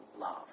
love